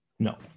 No